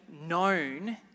known